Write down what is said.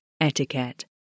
etiquette